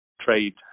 trade